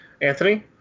Anthony